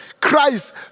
Christ